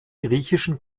griechischen